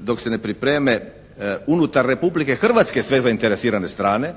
dok se ne pripreme unutar Republike Hrvatske sve zainteresirane strane,